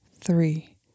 three